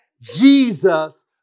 Jesus